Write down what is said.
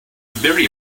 very